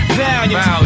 valiant